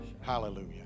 Hallelujah